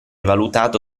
valutato